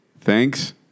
thanks